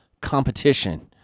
Competition